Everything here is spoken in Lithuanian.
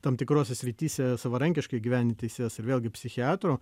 tam tikrose srityse savarankiškai įgyvendinti teises ir vėlgi psichiatro